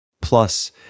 Plus